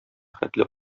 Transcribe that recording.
хәтле